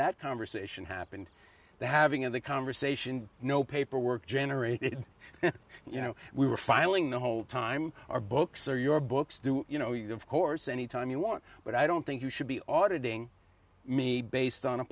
that conversation happened they're having a conversation no paperwork generated you know we were filing the whole time our books are your books do you know you of course any time you want but i don't think you should be audited ing me based on a